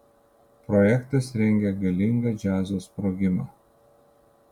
projektas rengia galingą džiazo sprogimą